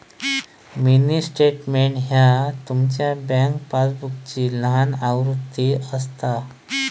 mini statement ह्या तुमचा bank पासबुकची लहान आवृत्ती असता